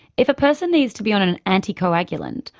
if a person needs to be on an an anticoagulant,